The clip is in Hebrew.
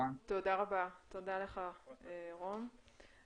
תודה לך רום.